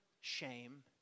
shame